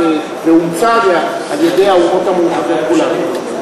ואומצה על-ידי האומות המאוחדות כולן.